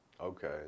Okay